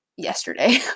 yesterday